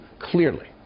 clearly